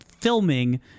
filming